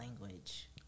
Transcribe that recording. language